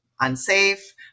unsafe